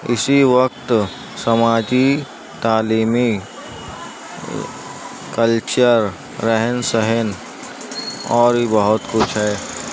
اسی وقت سماجی تعلیمی کلچر رہن سہن اور بھی بہت کچھ ہے